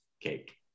cake